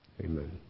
Amen